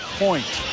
point